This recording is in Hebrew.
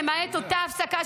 למעט אותה הפסקה,